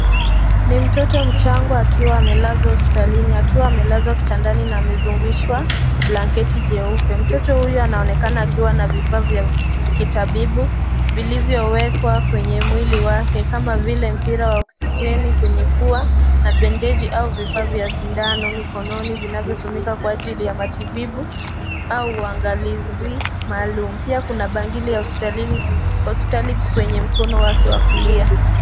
Ni mtoto mchanga akiwa amelazwa hospitalini. Akiwa amelazwa kitandani na amezungushwa blanketi jeupe. Mtoto huyu anaonekana akiwa na vifaa vya kitabibu vilivyowekwa kwenye mwili wake kama vile mpira wa oxygen[cs} kwenye pua, na bendeji au vifaa vya sindano mikononi vinavyotumika kwa ajili ya matibabu au uangalizi maalumu. Pia kuna bangili ya hospitali kwenye mkono wake wa kulia.